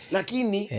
Lakini